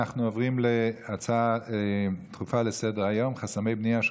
אנחנו עוברים להצעות דחופות לסדר-היום בנושא: חסמי בנייה של